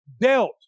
dealt